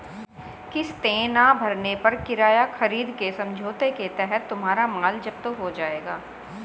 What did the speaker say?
किस्तें ना भरने पर किराया खरीद के समझौते के तहत तुम्हारा माल जप्त हो जाएगा